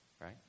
right